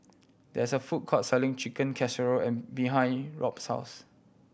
there is a food court selling Chicken Casserole and behind Robb's house